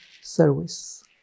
service